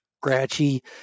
scratchy